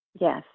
Yes